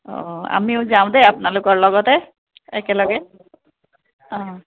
অঁ আমিও যাম দেই আপোনালোকৰ লগতে একেলগে অঁ